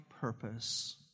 purpose